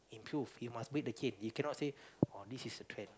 truth he must wait the kid you cannot say orh this is the trend